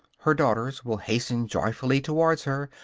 her daughters will hasten joyfully towards her,